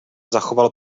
zachoval